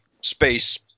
space